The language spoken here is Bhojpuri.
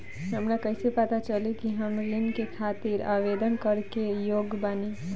हमरा कइसे पता चली कि हम ऋण के खातिर आवेदन करे के योग्य बानी?